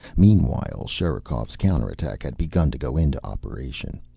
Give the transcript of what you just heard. meanwhile, sherikov's counter-attack had begun to go into operation.